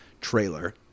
trailer